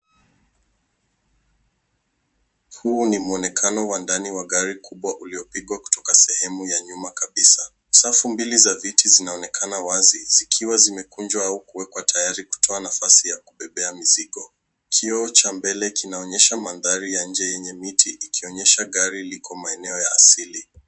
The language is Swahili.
Huu ni mwonekano wa ndani wa gari kubwa uliopigwa kutoka sehemu ya nyuma kabisa. Safu mbili za viti zinaonekana wazi zikiwa zimekunjwa au kuwekwa tayari kutoa nafasi ya kubebea mizigo. Kioo cha mbele kinaonyesha mandhari ya nje yenye miti ikionyesha gari liko maeneo ya asili.